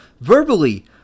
verbally